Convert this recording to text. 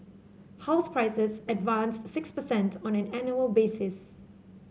house prices advanced six per cent on an annual basis